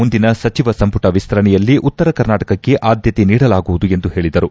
ಮುಂದಿನ ಸಚಿವ ಸಂಪುಟ ವಿಸ್ತರಣೆಯಲ್ಲಿ ಉತ್ತರ ಕರ್ನಾಟಕಕ್ಕೆ ಆದ್ನತೆ ನೀಡಲಾಗುವುದು ಎಂದು ಹೇಳದರು